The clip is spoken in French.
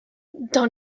dans